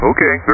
Okay